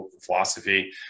philosophy